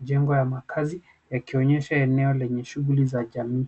majengo ya kazi yakionyesha eneo lenye shughuli ya jamii.